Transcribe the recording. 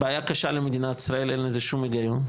בעיה קשה למדינת ישראל, אין לזה שום היגיון.